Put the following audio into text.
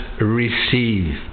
receive